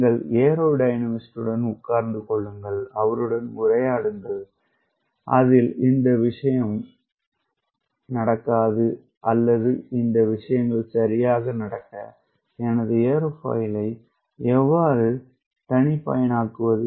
நீங்கள் ஒரு ஏரோ டைனமிஸ்ட்டுடன் உட்கார்ந்து கொள்ளுங்கள் அவருடன் உரையாடுங்கள் அதில் இந்த விஷயம் நடக்காது அல்லது இந்த விஷயங்கள் சரியாக நடக்க எனது ஏரோஃபாயிலை எவ்வாறு தனிப்பயனாக்குவது